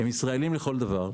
הם ישראלים לכל דבר.